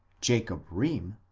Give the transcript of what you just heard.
jacob rheem,